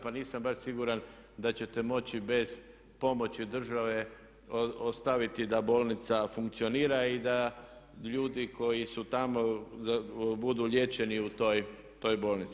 Pa nisam baš siguran da ćete moći bez pomoći države ostaviti da bolnica funkcionira i da ljudi koji su tamo budu liječeni u toj bolnici.